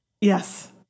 Yes